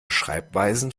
schreibweisen